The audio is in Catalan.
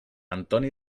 antoni